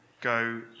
go